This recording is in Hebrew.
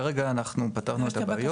כרגע אנחנו פתרנו את הבעיות.